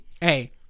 Hey